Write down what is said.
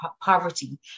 poverty